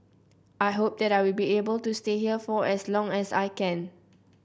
I hope that I will be able to stay here for as long as I can